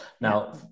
Now